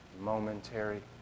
Momentary